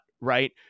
right